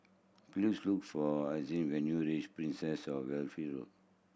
please look for Ishaan when you reach Princess Of Wales Road